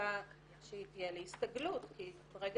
בקצבה שהיא תהיה להסתגלות כי ברגע